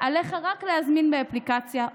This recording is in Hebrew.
אנחנו רואים יום-יום מה קורה שם.